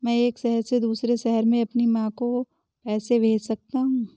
मैं एक शहर से दूसरे शहर में अपनी माँ को पैसे कैसे भेज सकता हूँ?